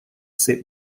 saint